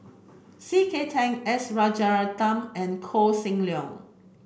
C K Tang S Rajaratnam and Koh Seng Leong